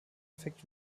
effekt